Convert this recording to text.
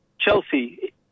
Chelsea